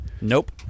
Nope